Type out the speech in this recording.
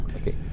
Okay